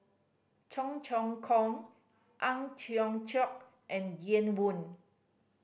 Cheong Choong Kong Ang Tiong Chiok and Ian Woo